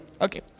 Okay